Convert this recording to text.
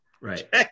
Right